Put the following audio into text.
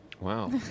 Wow